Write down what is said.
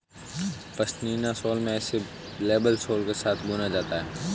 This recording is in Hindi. पश्मीना शॉल में इसका लेबल सोल के साथ बुना जाता है